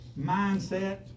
mindset